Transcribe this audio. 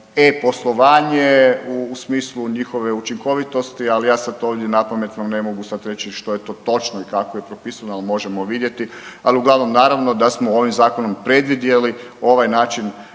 e-poslovanje u smislu njihove učinkovitosti, ali ja sam ovdje napamet vam ne mogu sad reći što je to točno i kako je propisano, ali možemo vidjeti. Al uglavnom naravno da smo ovim zakonom predvidjeli ovaj način